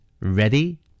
Ready